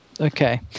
okay